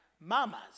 mamas